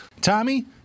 Tommy